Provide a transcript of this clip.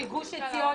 מגוש עציון.